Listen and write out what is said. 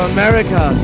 America